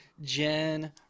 Jen